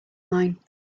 mine